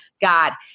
God